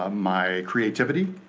ah my creativity,